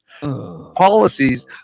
policies